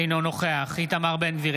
אינו נוכח איתמר בן גביר,